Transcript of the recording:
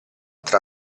tra